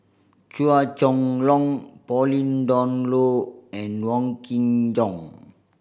Chua Chong Long Pauline Dawn Loh and Wong Kin Jong